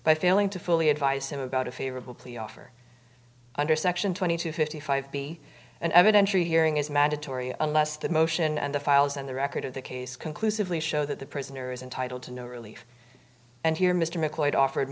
by failing to fully advise him about a favorable plea offer under section twenty two fifty five b an evidentiary hearing is mandatory unless the motion and the files and the record of the case conclusively show that the prisoner is entitled to no relief and hear mr